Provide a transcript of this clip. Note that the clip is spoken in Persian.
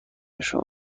شما